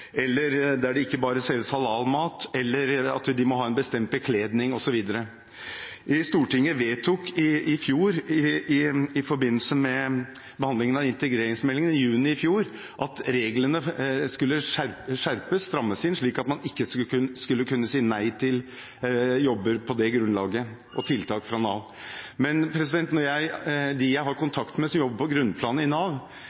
eller der det ikke bare selges halalmat, eller at de må ha en bestemt bekledning osv. Stortinget vedtok i juni i fjor i forbindelse med behandlingen av integreringsmeldingen at reglene skulle skjerpes, strammes inn, slik at man ikke skulle kunne si nei til jobber og tiltak fra Nav på det grunnlaget. Men de jeg har kontakt med som jobber på grunnplanet i Nav, sier at de ikke har